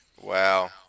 Wow